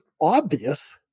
obvious